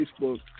Facebook